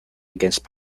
against